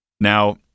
Now